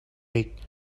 make